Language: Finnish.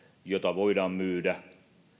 jota voidaan myydä